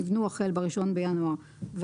על כלים חדשים יותר שנבנו החל ב-1 בינואר ואילך.